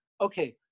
okay